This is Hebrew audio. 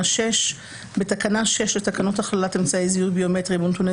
6 1. בתקנה 6 לתקנות הכללת אמצעי זיהוי ביומטריים ונתוני